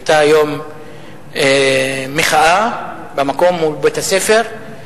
היום היתה מחאה במקום, מול בית-הספר,